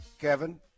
Kevin